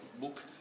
book